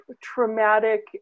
traumatic